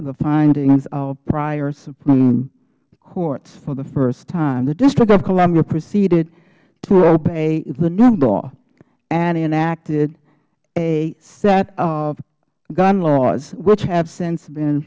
ed the findings of prior supreme courts for the first time the district of columbia proceeded to obey the new law and enacted a set of gun laws which have since been